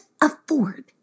afford